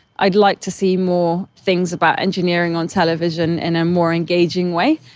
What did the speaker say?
i'd like to see more things about engineering on television in a more engaging way.